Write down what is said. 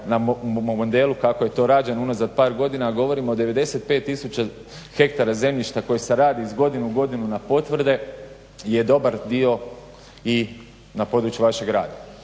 na modelu kako je to rađeno unazad par godina govorimo o 95000 ha zemljišta koji se radi iz godine u godinu na potvrde je dobar dio i na području vašeg rada.